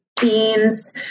beans